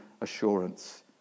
assurance